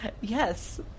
Yes